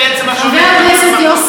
חבר הכנסת יוסי יונה,